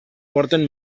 porten